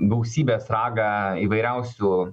gausybės ragą įvairiausių